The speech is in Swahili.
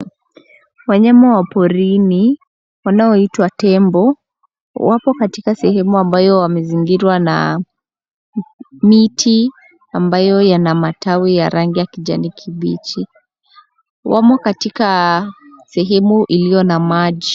Wanayama wa porini wanaoitwa tembo. Wapo katika sehemu ambayo wamezingirwa na miti ambayo yana matawi ya rangi ya kijani kibichi. Wamo katika sehemu iliyo na maji.